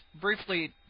briefly